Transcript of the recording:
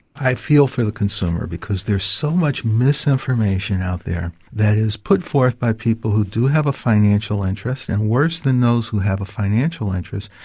i feel for the consumer because there's so much misinformation out there that is put forth by people who do have a financial interest and worse than those who have a financial interest,